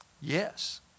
Yes